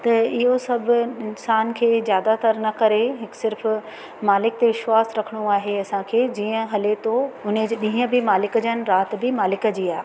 ऐं इहो सभु नुकसानु खे ज्यादातर न करे सिर्फ़ मालिक ते विश्वासु रखिणो आहे असांखे जीअं हले थो उन्हीअ जे ॾींहं मालिक जा आहिनि राति बि मालिक जी आहे